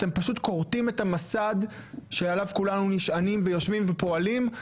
אתם פשוט כורתים את המסד שעליו כולנו נשענים ויושבים ופועלים,